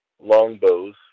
Longbows